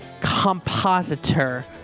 compositor